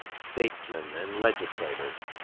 statesmen and legislators,